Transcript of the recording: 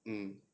mm